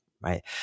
right